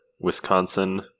Wisconsin